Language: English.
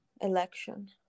election